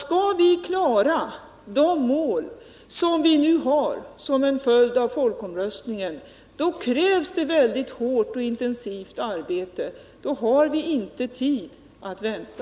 Skall vi nå de mål som vi nu har såsom en följd av folkomröstningen, krävs ett väldigt hårt och intensivt arbete, och då har vi inte tid att vänta.